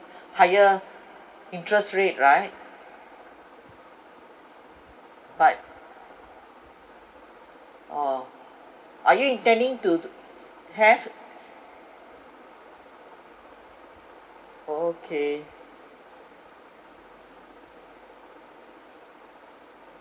higher interest rate right but orh are you intending to to have oh okay